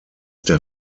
der